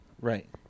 Right